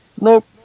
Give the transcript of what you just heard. Nope